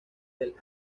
del